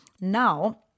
Now